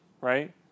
right